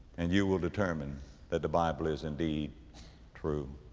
and you will determine that the bible is indeed true.